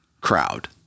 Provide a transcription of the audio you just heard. crowd